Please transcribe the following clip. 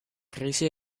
krisi